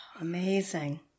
Amazing